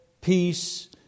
peace